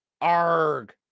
arg